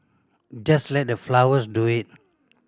just let the flowers do it